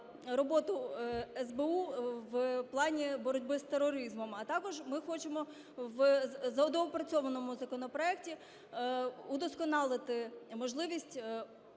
роботу СБУ в плані боротьби з тероризмом, а також ми хочемо в доопрацьованому законопроекті удосконалити можливість